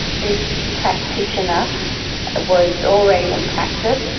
this practitioner was already in practice,